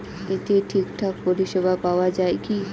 এতে ঠিকঠাক পরিষেবা পাওয়া য়ায় কি?